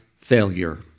failure